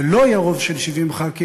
ולא יהיה רוב של 70 חברי כנסת,